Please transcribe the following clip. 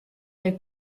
der